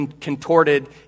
contorted